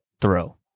throw